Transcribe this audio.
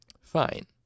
Fine